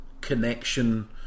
connection